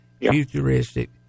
futuristic